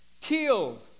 killed